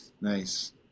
Nice